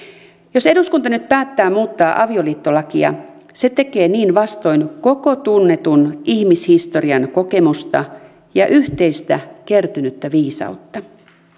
jos eduskunta nyt päättää muuttaa avioliittolakia se tekee niin vastoin koko tunnetun ihmishistorian kokemusta ja yhteistä kertynyttä viisautta